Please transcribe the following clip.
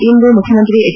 ಇಂದು ಮುಖ್ಚಮಂತ್ರಿ ಹೆಚ್